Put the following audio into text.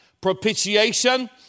propitiation